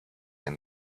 and